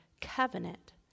covenant